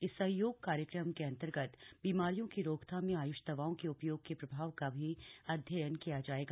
इस सहयोग कार्यक्रम के अंतर्गत बीमारियों की रोकथाम में आय्ष दवाओं के उपयोग के प्रभाव का भी अध्ययन किया जाएगा